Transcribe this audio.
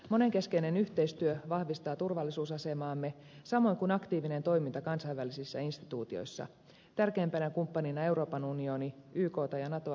monenkeskinen yhteistyö vahvistaa turvallisuusasemaamme samoin kuin aktiivinen toiminta kansainvälisissä instituutioissa tärkeimpänä kumppanina euroopan unioni ykta ja natoa unohtamatta